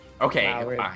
Okay